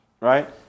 right